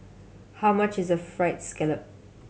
how much is Fried Scallop